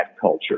culture